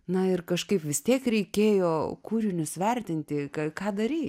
na ir kažkaip vis tiek reikėjo kūrinius vertinti ką darei